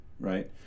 right